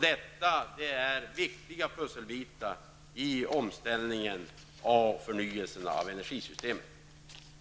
Detta är viktiga pusselbitar i omställningen av förnyelsen av energisystemet.